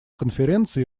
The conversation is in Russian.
конференции